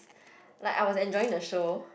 like I was enjoying the show